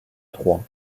trois